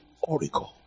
oracle